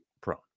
prone